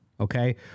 Okay